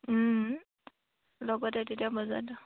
লগতে তেতিয়া বজাৰটো